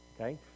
Okay